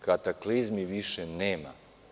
Kataklizmi više nema.